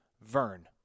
Vern